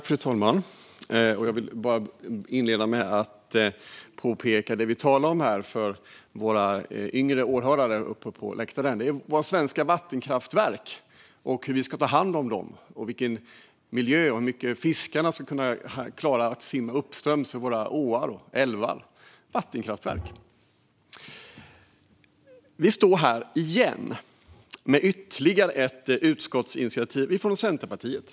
Fru talman! Inledningsvis vill jag för våra yngre åhörare uppe på läktaren tala om att vi debatterar våra svenska vattenkraftverk, hur vi ska ta hand om dem och miljön och hur fiskarna ska klara av att simma uppströms i åar och älvar. Nu står vi här igen med ytterligare ett utskottsinitiativ från Centerpartiet.